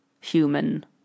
human